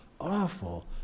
awful